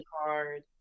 hard